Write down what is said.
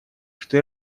что